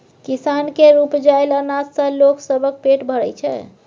किसान केर उपजाएल अनाज सँ लोग सबक पेट भरइ छै